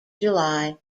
july